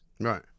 Right